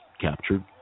captured